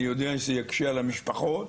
אני יודע שזה יקשה על המשפחות.